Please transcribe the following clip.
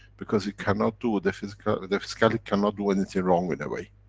because it cannot do the physicality, the physicality cannot do anything wrong, in a way.